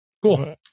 Cool